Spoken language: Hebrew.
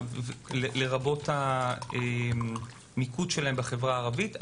לרבות המיקוד שלהם בחברה הערבית.